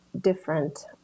different